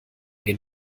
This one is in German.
den